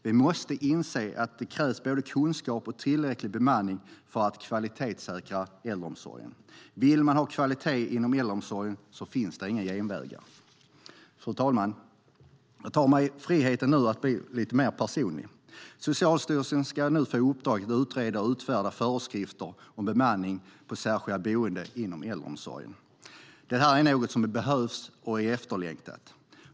Vi måste inse att det krävs både kunskap och tillräcklig bemanning för att kvalitetssäkra äldreomsorgen. Vill man ha kvalitet inom äldreomsorgen finns det inga genvägar. Fru talman! Jag tar mig friheten att nu bli lite mer personlig. Socialstyrelsen ska få i uppdrag att utreda och utfärda föreskrifter om bemanningen på särskilda boenden inom äldreomsorgen. Det här är något som behövs och är efterlängtat.